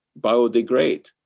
biodegrade